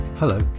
Hello